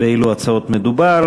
באילו הצעות מדובר.